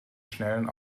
schnellen